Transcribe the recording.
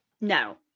No